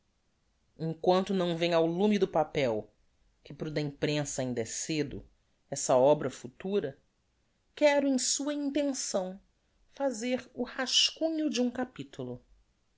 emquanto não vem ao lume do papel que para o da imprensa ainda é cedo essa obra futura quero em sua intenção fazer o rascunho de um capitulo